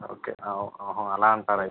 okay ఓహో అలా అంటారు అయితే